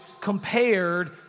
compared